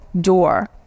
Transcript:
door